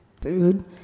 food